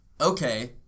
Okay